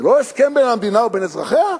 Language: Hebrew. זה לא הסכם בין המדינה ובין אזרחיה?